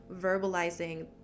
verbalizing